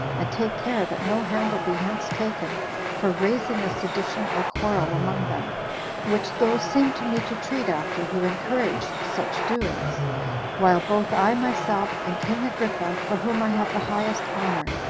and take care that no handle be hence taken for raising a sedition or quarrel among them which those seem to me to treat after who encourage such doings while both i myself, and king agrippa, for whom i have the highest honor,